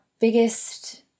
biggest